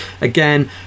Again